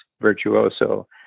virtuoso